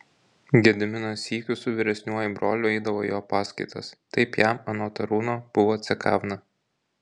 gediminas sykiu su vyresniuoju broliu eidavo į jo paskaitas taip jam anot arūno buvo cekavna